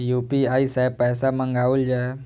UPI सै पैसा मंगाउल जाय?